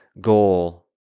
goal